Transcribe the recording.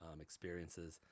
experiences